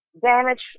damage